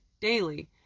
daily